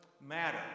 matter